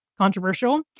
controversial